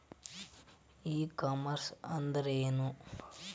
E commerce ಅಂದ್ರೇನು?